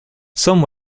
some